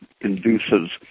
induces